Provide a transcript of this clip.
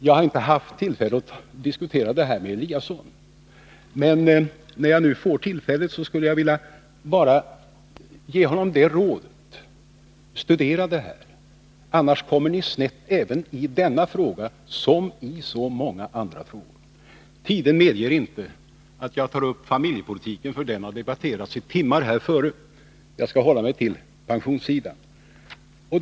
Jag har inte tidigare haft tillfälle att diskutera detta med Ingemar Eliasson, men när jag nu får det tillfället vill jag ge honom rådet: Studera detta, annars kommer ni snett i denna fråga som i så många andra frågor. Tiden medger inte att jag berör familjepolitiken, men den har redan debatterats i timmar här. I stället skall jag hålla mig till pensionsfrågorna.